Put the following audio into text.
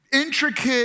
intricate